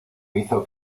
hizo